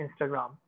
Instagram